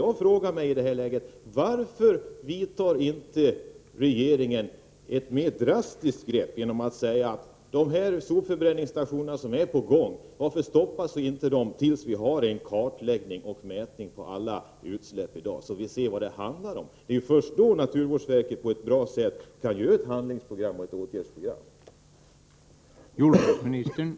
Jag frågar mig i det här läget: Varför vidtar inte regeringen mera drastiska åtgärder genom att stoppa de sopförbränningsstationer som är i gång tills vi har en kartläggning och mätning av alla utsläpp i dag, så att vi ser vad det handlar om? Det är först då naturvårdsverket på ett bra sätt kan göra ett handlingsprogram och ett åtgärdsprogram.